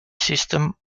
system